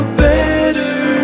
better